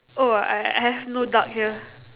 oh I I have no duck here